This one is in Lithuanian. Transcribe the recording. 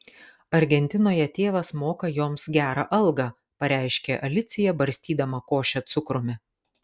argentinoje tėvas moka joms gerą algą pareiškė alicija barstydama košę cukrumi